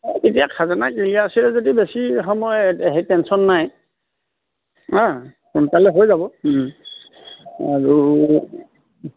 তেতিয়া খাজানা ক্লিয়াৰ আছিলে যদি বেছি সময় সেই টেনচন নাই হা সোনকালে হৈ যাব আৰু